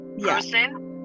person